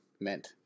meant